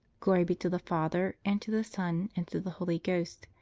glory be to the father, and to the son, and to the holy ghost.